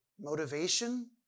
motivation